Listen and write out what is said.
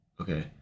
Okay